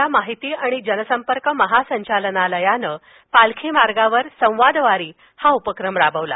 यंदा माहिती आणि जनसंपर्क महासंचालनालयानं पालखी मार्गावर संवादवारी हा उपक्रम राबविला